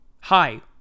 Hi